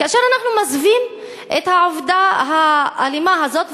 כאשר אנחנו מסווים את העובדה האלימה הזאת,